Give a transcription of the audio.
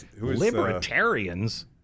Libertarians